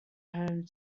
home